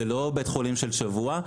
זה לא בית חולים של שבוע.